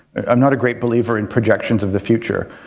i'm not a great believer in projections of the future,